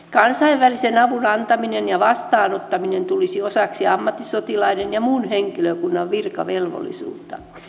kansainvälisen avun antaminen ja vastaanottaminen tulisi osaksi ammattisotilaiden ja muun henkilökunnan virkavelvollisuutta